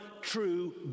true